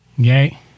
Okay